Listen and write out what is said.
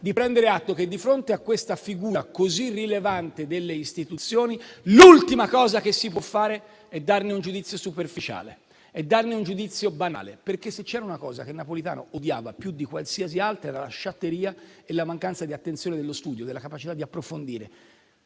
di prendere atto che, di fronte a questa figura così rilevante delle istituzioni, l'ultima cosa che si può fare è darne un giudizio superficiale o banale, perché, se c'era una cosa che Napolitano odiava più di qualsiasi altra, era la sciatteria, la mancanza di attenzione nello studio e nella capacità di approfondire.